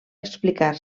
explicar